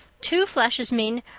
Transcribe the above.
two flashes mean,